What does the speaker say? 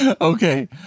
Okay